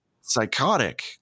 psychotic